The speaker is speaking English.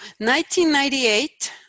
1998